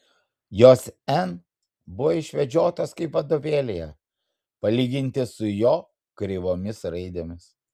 jos n buvo išvedžiotos kaip vadovėlyje palyginti su jo kreivomis raidėmis